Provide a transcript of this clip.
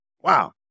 wow